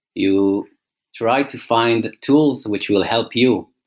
you try to find tools which will help you.